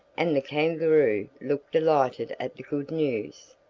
and the kangaroo looked delighted at the good news.